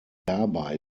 dabei